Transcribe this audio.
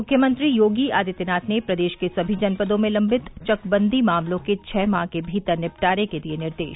मुख्यमंत्री योगी आदित्यनाथ ने प्रदेश के सभी जनपदों में लम्बित चकबंदी मामलों के छः माह के भीतर निपटारे के दिए निर्देश